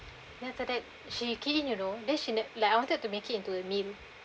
then after that she key in you know she ne~ like I wanted to make it into a meal